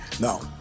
No